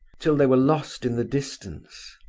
till they were lost in the distance.